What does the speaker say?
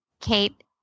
Kate